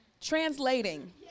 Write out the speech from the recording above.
translating